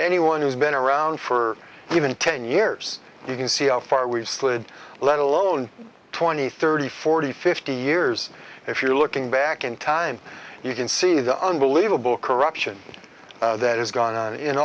anyone who's been around for even ten years you can see how far we've slid let alone twenty thirty forty fifty years if you're looking back in time you can see the unbelievable corruption that has gone on in